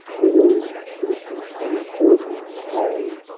wheeled instant from the persian's hand.